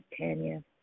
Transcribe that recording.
Tanya